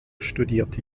studierte